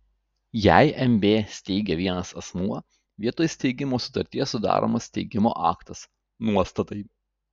jei mb steigia vienas asmuo vietoj steigimo sutarties sudaromas steigimo aktas nuostatai